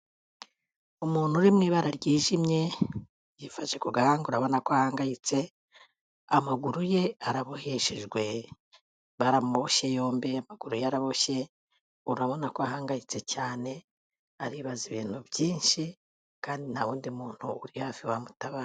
Umuntu uri mu ibara ryijimye yifashe ku gahanga urabona ko ahangayitse, amaguru ye araboheshejwe baramuboshye yombi, amaguru ye araboshye, urabona ko ahangayitse cyane aribaza ibintu byinshi kandi nta wundi muntu uri hafi wamutabara.